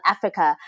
Africa